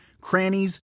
crannies